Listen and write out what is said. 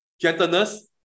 gentleness